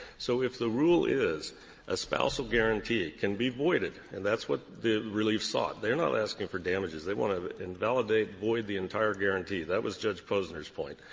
so if the rule is a spousal guaranty can be voided and that's what the relief sought. they're not asking for damages. they want to invalidate, void the entire guaranty. that was judge posner's point.